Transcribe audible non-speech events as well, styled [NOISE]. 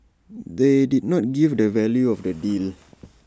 they did not give the value [NOISE] of the deal